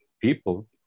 people